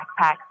backpacks